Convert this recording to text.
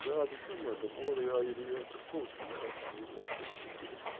زیادٕ کیٛاہ مطلب اورے آیہِ ریٹ تہٕ کھوٚت یہِ اَتھ نَے اَتھ نَے چھُنہٕ کِہیٖنۍ